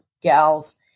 gals